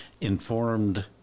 informed